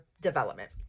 development